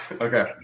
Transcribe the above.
Okay